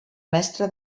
mestre